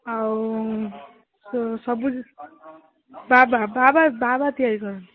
ଆଉ ସବୁ ଜିନିଷ ବାବା ବାବା ବାବା ତିଆରି କରନ୍ତି